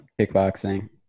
kickboxing